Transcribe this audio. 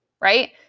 Right